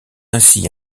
ainsi